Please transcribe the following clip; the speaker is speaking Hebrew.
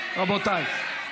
רבותיי.